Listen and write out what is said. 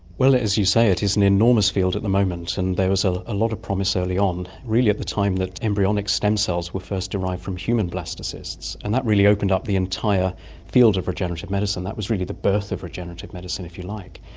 as you say, it is an enormous field at the moment, and there was a ah lot of promise early on, really at the time that embryonic stem cells were first derived from human blastocysts, and that really opened up the entire field of regenerative medicine, that was really the birth of regenerative medicine, if you like.